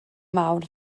mawr